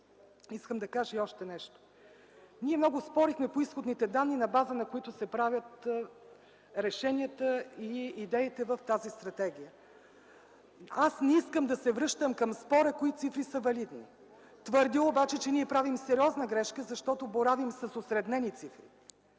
Искам да кажа и още нещо. Ние много спорихме по изходните данни, на базата на които се правят решенията и идеите в тази стратегия. Аз не искам да се връщам към спора кои цифри са валидни. Твърдя обаче, че ние правим сериозна грешка, защото боравим с осреднени цифри.